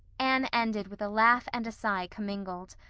anne ended with a laugh and a sigh commingled.